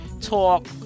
talk